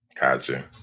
Gotcha